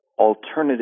alternative